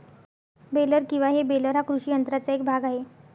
baler किंवा हे baler हा कृषी यंत्राचा एक भाग आहे